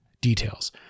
details